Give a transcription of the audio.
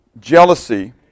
jealousy